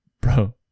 bro